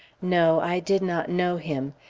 no, i did not know him.